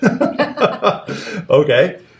Okay